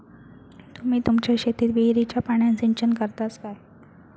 तुम्ही तुमच्या शेतीक विहिरीच्या पाण्यान सिंचन करतास काय?